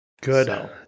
Good